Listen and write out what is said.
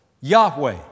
Yahweh